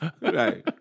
Right